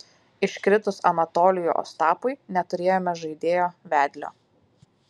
iškritus anatolijui ostapui neturėjome žaidėjo vedlio